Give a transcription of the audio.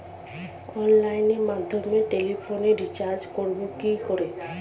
অনলাইনের মাধ্যমে টেলিফোনে রিচার্জ করব কি করে?